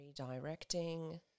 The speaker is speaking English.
Redirecting